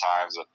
times